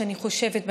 אני חושבת,